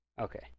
Okay